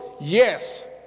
Yes